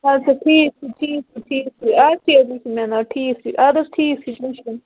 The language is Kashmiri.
اَدٕ سا ٹھیٖک چھُ ٹھیٖک چھُ ٹھیٖک چھُ بُتھِ مِلو ٹھیٖک چھِ اَدٕ حظ ٹھیٖک چھِ کیٚنہہ چھُنہٕ